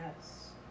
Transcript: Yes